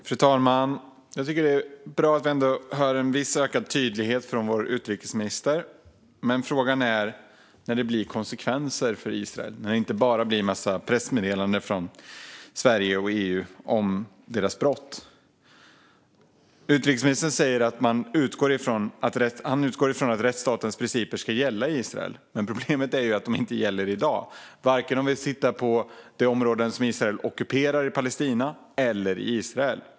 Fru talman! Det är bra att vi hör en viss ökad tydlighet från vår utrikesminister, men frågan är när det blir konsekvenser för Israel och inte bara en massa pressmeddelanden från Sverige och EU om Israels brott. Utrikesministern säger att han utgår från att rättsstatens principer ska gälla i Israel, men problemet är att de inte gäller i dag, varken när det gäller de områden Israel ockuperar i Palestina eller i själva Israel.